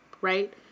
Right